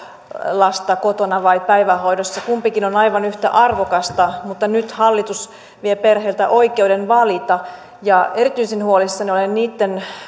lasta kotona vai päivähoidossa kumpikin on aivan yhtä arvokasta mutta nyt hallitus vie perheiltä oikeuden valita erityisen huolissani olen niitten